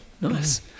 nice